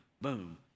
boom